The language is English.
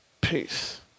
Peace